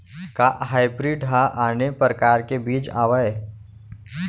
का हाइब्रिड हा आने परकार के बीज आवय?